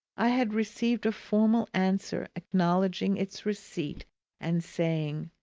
i had received a formal answer acknowledging its receipt and saying,